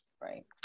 right